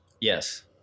Yes